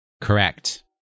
Correct